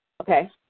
Okay